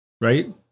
right